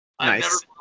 Nice